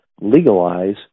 legalize